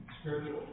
spiritual